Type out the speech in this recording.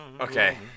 Okay